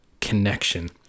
connection